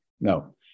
No